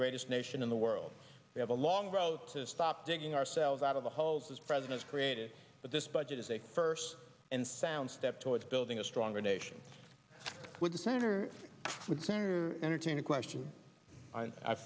greatest nation in the world we have a long road to stop digging ourselves out of the holes as president created but this budget is a first and sound step towards building a stronger nation with the senator would entertain a question